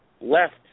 left